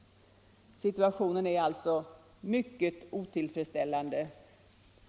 Situationen är alltså mycket otillfredsställande.